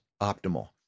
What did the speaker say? optimal